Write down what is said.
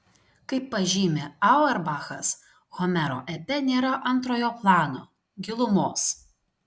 kaip pažymi auerbachas homero epe nėra antrojo plano gilumos